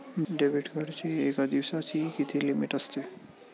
Debit कार्डची एका दिवसाची किती लिमिट असते?